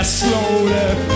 slowly